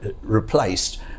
replaced